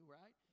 right